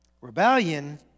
rebellion